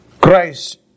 Christ